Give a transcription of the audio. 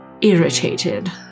irritated